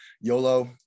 YOLO